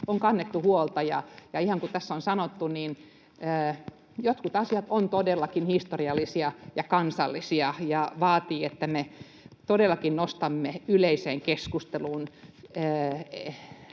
on kannettu huolta. Ihan niin kuin tässä on sanottu, jotkut asiat ovat todellakin historiallisia ja kansallisia ja vaativat, että me todellakin nostamme yleiseen keskusteluun